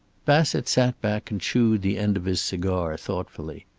bassett sat back and chewed the end of his cigar thoughtfully.